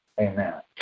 Amen